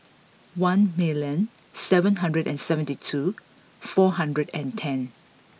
one million seven hundred and seventy two four hundred and ten